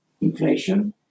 inflation